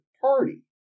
party